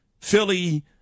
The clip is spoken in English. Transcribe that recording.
Philly